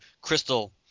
crystal